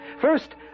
First